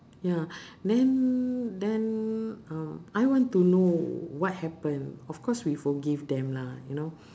ya then then um I want to know what happen of course we forgive them lah you know